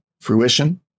fruition